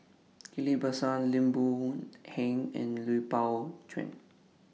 Ghillie BaSan Lim Boon Heng and Lui Pao Chuen